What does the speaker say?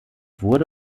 wurde